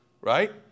Right